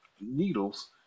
needles